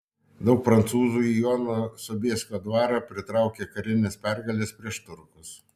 daug prancūzų į jono sobieskio dvarą pritraukė karinės pergalės prieš turkus